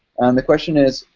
the question is,